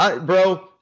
Bro